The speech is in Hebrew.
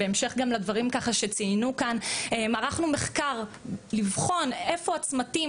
גם במשך לדברים שציינו כאן ערכנו מחקר לבחון איפה הצמתים